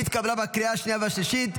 התקבלה בקריאה השנייה והשלישית,